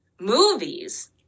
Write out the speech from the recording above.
movies